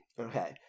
Okay